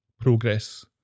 progress